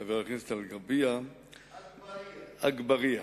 לחבר הכנסת אל-גרביה, אגבאריה.